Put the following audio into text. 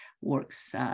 works